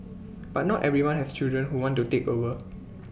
but not everyone has children who want to take over